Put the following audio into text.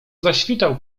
zaświtał